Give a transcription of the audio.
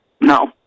No